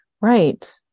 Right